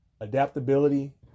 adaptability